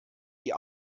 die